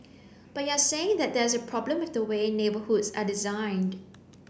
but you're saying that there's a problem with the way neighbourhoods are designed